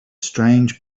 strange